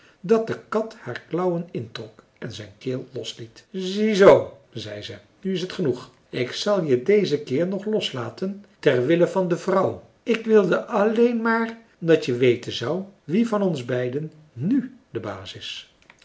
dat de kat haar klauwen introk en zijn keel losliet zie zoo zei ze nu is t genoeg ik zal je dezen keer nog loslaten ter wille van de vrouw ik wilde alleen maar dat je weten zou wie van ons beiden nu de baas is